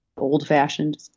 old-fashioned